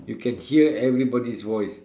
you can hear everybody's voice